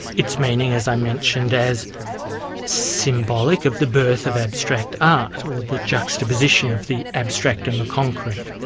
its meaning as i mentioned as symbolic of the birth of abstract art, or the juxtaposition of the abstract and the concrete.